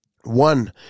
One